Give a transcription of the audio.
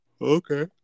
Okay